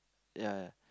ya